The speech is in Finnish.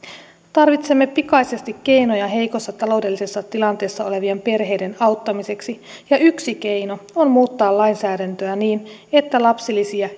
tarvitsemme pikaisesti keinoja heikossa taloudellisessa tilanteessa olevien perheiden auttamiseksi ja yksi keino on muuttaa lainsäädäntöä niin että lapsilisiä